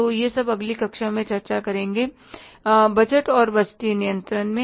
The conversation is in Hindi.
तो यह सब अगली कक्षा में चर्चा करेगा बजट और बजटीय नियंत्रण में